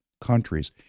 countries